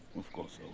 of course